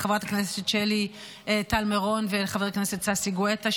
לחברת הכנסת שלי טל מירון ולחבר הכנסת ששי גואטה,